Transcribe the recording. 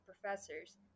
professors